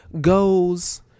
goes